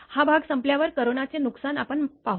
हा भाग संपल्यावर कोरोनाचे नुकसान आपण पाहू